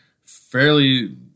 Fairly